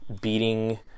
beating